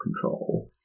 control